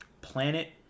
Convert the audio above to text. planet